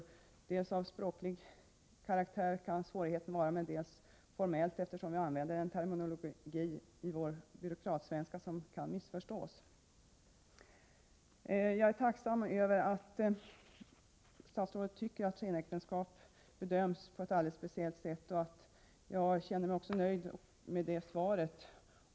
Svårigheterna kan dels vara av språklig karaktär, dels av formell karaktär — eftersom vår byråkratsvenska har en terminologi som kan missförstås. Jag är tacksam över att statsrådet har uppfattningen att skenäktenskap bedöms på ett alldeles speciellt sätt. Jag känner mig också nöjd med svaret.